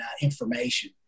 information